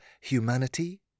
humanity